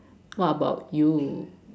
what about you